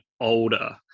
older